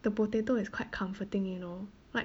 the potato is quite comforting you know like